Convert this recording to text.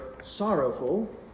sorrowful